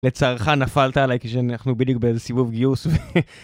לצערך נפלת עלי כשאנחנו בדיוק באיזה סיבוב גיוס.